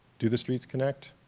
do the streets connect,